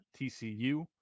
TCU